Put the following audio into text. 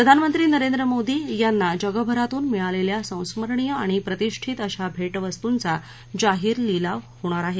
प्रधानमंत्री नरेंद्र मोदी यांना जगभरातून मिळालेल्या संस्मरणीय आणि प्रतिष्ठीत अशा भेट वस्तूंचा जाहीर लिलाव होणार आहे